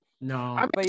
No